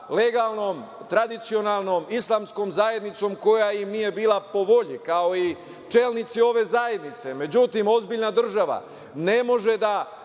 legalnom, tradicionalnom Islamskom zajednicom koja im nije bila po volji, kao i čelnici ove zajednice.Međutim, ozbiljna država ne može da